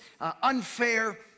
unfair